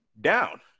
down